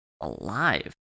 alive